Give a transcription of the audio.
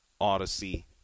Odyssey